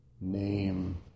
name